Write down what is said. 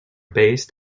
based